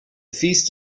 feast